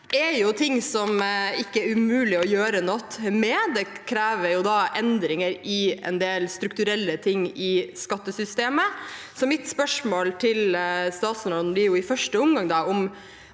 Dette er ting som ikke er umulig å gjøre noe med, men det krever endringer i en del strukturelle sider ved skattesystemet. Så mitt spørsmål til statsråden blir i første omgang: